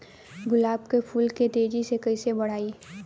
गुलाब के फूल के तेजी से कइसे बढ़ाई?